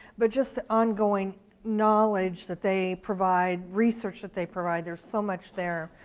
but just on going knowledge that they provide, research that they provide. there's so much there.